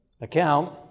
account